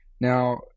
Now